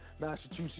Massachusetts